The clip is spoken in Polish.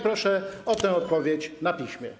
Proszę o tę odpowiedź na piśmie.